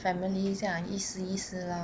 family 这样意思意思 lor